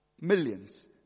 Millions